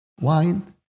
wine